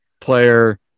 player